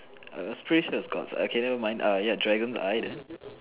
err was pretty sure it's god's eye never mind uh ya dragon eyed